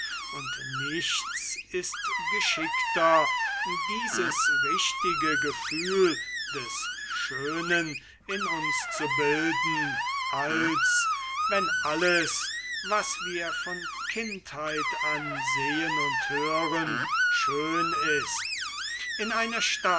und nichts ist geschickter dieses richtige gefühl des schönen in uns zu bilden als wenn alles was wir von der kindheit an sehen und hören schön ist in einer